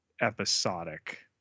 episodic